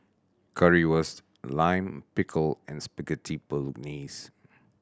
Currywurst Lime Pickle and Spaghetti Bolognese